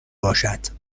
باشد